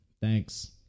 Thanks